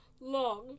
long